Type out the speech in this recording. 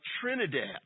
Trinidad